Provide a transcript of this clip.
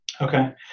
Okay